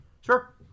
Sure